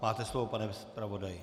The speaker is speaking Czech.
Máte slovo, pane zpravodaji.